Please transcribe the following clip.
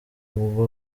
ubwo